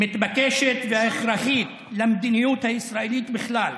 חבר הכנסת קרעי,